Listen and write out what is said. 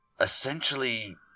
Essentially